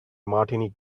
martini